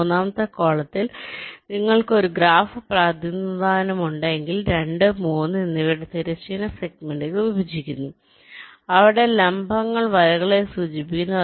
മൂന്നാമത്തെ കോളത്തിൽ നിങ്ങൾക്ക് ഒരു ഗ്രാഫ് പ്രതിനിധാനം ഉണ്ടെങ്കിൽ 2 3 എന്നിവയുടെ തിരശ്ചീന സെഗ്മെന്റുകൾ വിഭജിക്കുന്നു അവിടെ ലംബങ്ങൾ വലകളെ സൂചിപ്പിക്കുന്നു